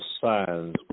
signs